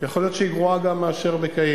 יכול להיות שהיא גרועה גם מאשר בקהיר.